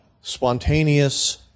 Spontaneous